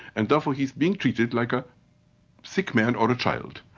and therefore he's being treated like a sick man or a child.